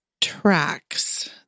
tracks